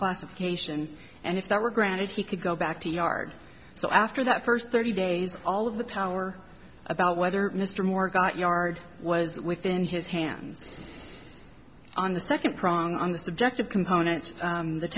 classification and if that were granted he could go back to yard so after that first thirty days all of the power about whether mr moore got yard was within his hands on the second prong on the subject of components of the